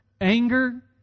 anger